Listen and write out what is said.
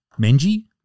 Menji